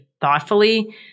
thoughtfully